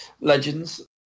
legends